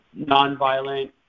nonviolent